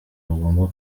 bagomba